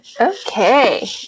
Okay